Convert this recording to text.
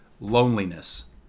loneliness